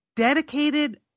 Dedicated